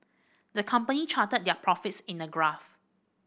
the company charted their profits in a graph